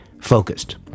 focused